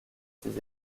ses